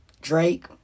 Drake